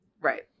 Right